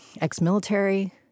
ex-military